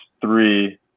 three